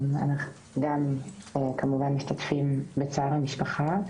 אנחנו גם כמובן משתתפים בצער המשפחה.